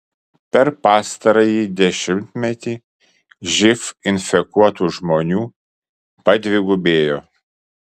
per pastarąjį dešimtmetį živ infekuotų žmonių padvigubėjo